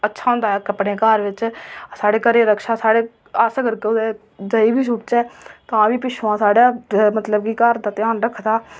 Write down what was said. बड़ा अच्छा होंदा ऐ पालना अपने घर बिच साढ़े घरै दी रक्षा साढ़े अस कुदै जाई बी छुड़चै तां बी पिच्छुआं साढ़े घर च कुत्ता ध्यान रखदा